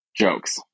jokes